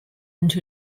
into